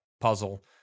puzzle